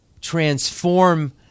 transform